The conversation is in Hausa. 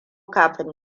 kafin